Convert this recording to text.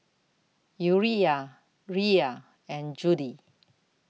Urijah Rhea and Judy